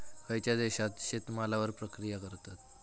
खयच्या देशात शेतमालावर प्रक्रिया करतत?